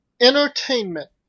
Entertainment